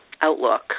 outlook